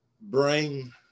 bring